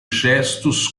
gestos